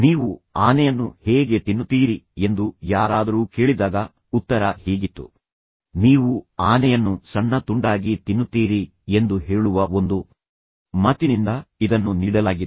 ನೀವು ಆನೆಯನ್ನು ಹೇಗೆ ತಿನ್ನುತ್ತೀರಿ ಎಂದು ಯಾರಾದರೂ ಕೇಳಿದಾಗ ಉತ್ತರ ಹೀಗಿತ್ತು ನೀವು ಆನೆಯನ್ನು ಸಣ್ಣ ತುಂಡಾಗಿ ತಿನ್ನುತ್ತೀರಿ ಎಂದು ಹೇಳುವ ಒಂದು ಮಾತಿನಿಂದ ಇದನ್ನು ನೀಡಲಾಗಿದೆ